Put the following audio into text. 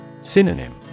Synonym